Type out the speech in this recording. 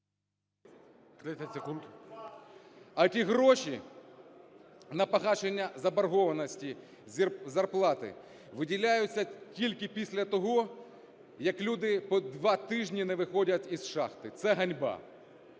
А ті гроші на погашення заборгованості зарплати виділяються тільки після того, як люди по два тижні не виходять із шахти. Це ганьба!